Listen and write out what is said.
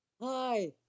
Hi